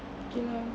okay lah